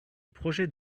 projet